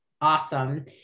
awesome